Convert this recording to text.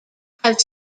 have